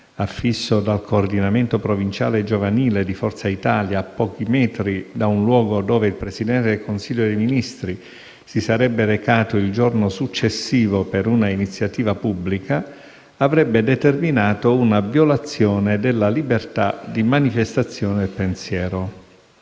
affisso dal coordinamento provinciale giovanile di Forza Italia a pochi metri da un luogo dove il Presidente del Consiglio dei ministri si sarebbe recato il giorno successivo per un'iniziativa pubblica, avrebbe determinato una violazione della libertà di manifestazione del pensiero.